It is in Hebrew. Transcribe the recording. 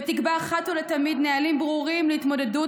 ושתקבע אחת ולתמיד נהלים ברורים להתמודדות